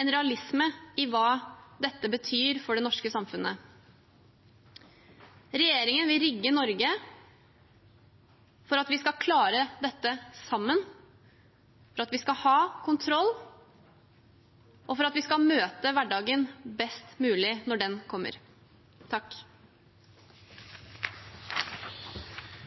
en realisme i hva dette betyr for det norske samfunnet. Regjeringen vil rigge Norge for at vi skal klare dette sammen, for at vi skal ha kontroll, og for at vi skal møte hverdagen best mulig når den kommer. Presidenten